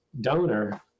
donor